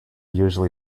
usually